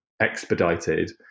expedited